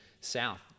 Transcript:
South